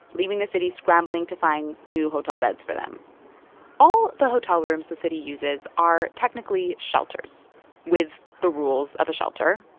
leaving the city scrambling to find new hotel beds for them all the hotel rooms the city uses are technically shelters with the rules of a shelter.